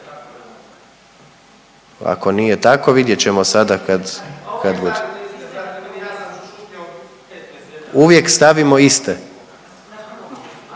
Ako nije tako, vidjet ćemo sada kad bude .../Upadica se